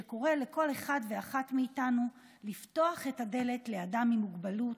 שקורא לכל אחד ואחת מאיתנו לפתוח את הדלת לאדם עם מוגבלות,